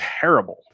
terrible